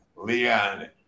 Leon